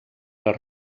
les